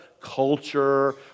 culture